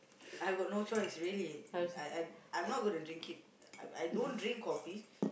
I've got no choice really I'm not going to drink it I don't drink coffee